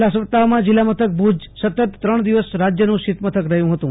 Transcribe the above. છેલ્લા સપ્તાહમાં જીલ્લા નાથક ભુજ સતત ત્રણ દિવસ રાજ્યનું સહિત મથક રહ્યું હતું